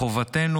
מחובתנו,